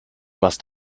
must